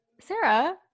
Sarah